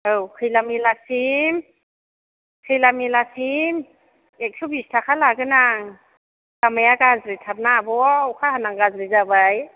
औ खौलामैलासिम खौलामैलासिम एक्स' बिस थाखा लागोन आं लामाया गाज्रिथार ना आब' अखा हाना गाज्रि जाबाय